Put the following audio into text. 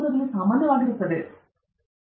ಜೀವನದಲ್ಲಿ ಸಾಮಾನ್ಯವಾಗಿ ವಿಭಿನ್ನ ಜನರು ತೆಗೆದುಕೊಳ್ಳುತ್ತಾರೆ